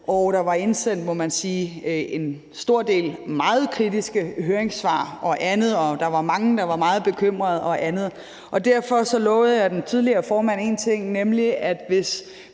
og der var indsendt, må man sige, en stor mængde meget kritiske høringssvar og andet, og der var mange, der var meget bekymrede. Derfor lovede jeg den tidligere formand én ting, nemlig at hvis